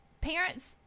parents